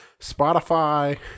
Spotify